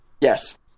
Yes